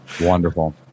Wonderful